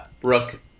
brooke